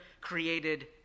created